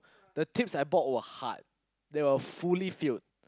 the tips I bought were hard they were fully filled